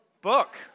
Book